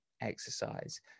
exercise